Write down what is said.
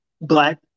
black